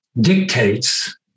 dictates